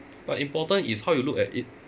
but important is how you look at it